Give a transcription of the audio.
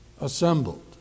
assembled